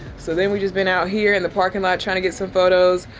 so then we just been out here in the parking lot trying to get some photos.